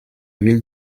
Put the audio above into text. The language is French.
ville